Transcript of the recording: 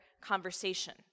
conversation